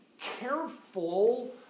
careful